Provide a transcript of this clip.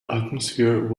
atmosphere